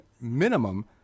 minimum